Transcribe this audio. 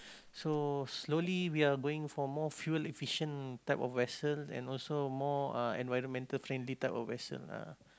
so slowly we are going for more fuel efficient type of vessel and also more uh environmental friendly type of vessel ah